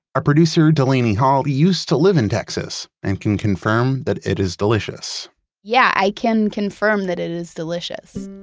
our producer delaney hall, who used to live in texas, and can confirm that it is delicious yeah, i can confirm that it is delicious